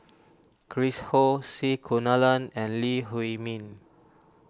Chris Ho C Kunalan and Lee Huei Min